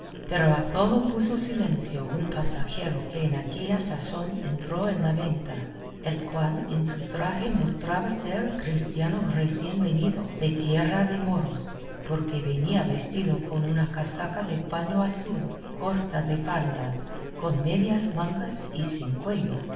pero a todo puso silencio un pasajero que en aquella sazón entró en la venta el cual en su traje mostraba ser cristiano recién venido de tierra de moros porque venía vestido con una casaca de paño azul corta de faldas con medias mangas y sin cuello